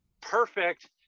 perfect